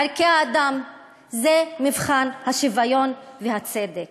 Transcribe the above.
זה מבחן השוויון והצדק.